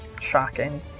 Shocking